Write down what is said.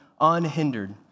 unhindered